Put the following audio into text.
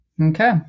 Okay